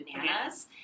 bananas